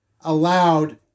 allowed